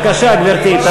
בבקשה, גברתי.